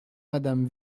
madame